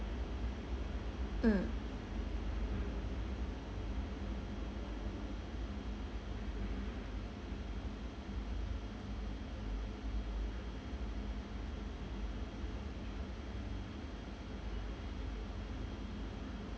mm